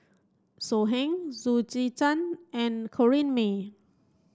So Heng Loo Zihan and Corrinne May